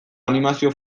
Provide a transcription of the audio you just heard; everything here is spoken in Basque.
animazio